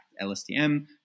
LSTM